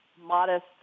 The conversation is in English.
modest